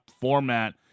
format